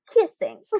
kissing